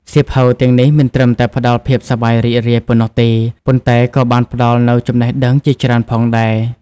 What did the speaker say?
សៀវភៅទាំងនេះមិនត្រឹមតែផ្តល់ភាពសប្បាយរីករាយប៉ុណ្ណោះទេ ប៉ុន្តែក៏បានផ្តល់នូវចំណេះដឹងជាច្រើនផងដែរ។